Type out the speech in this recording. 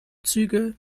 züge